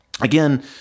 Again